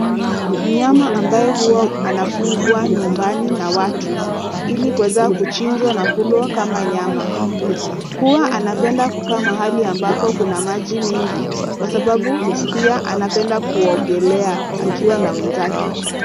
Mnayama ambaye huwa anafugwa nyumbani a watu ili kuweza kuchinjwa na kulwa kama nyama. Huwa anapenda kukaa mahali ambapo kuna maji mengi kwa sababu pia anapenda kuogelea akiwa na wenzake.